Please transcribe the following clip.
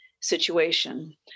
situation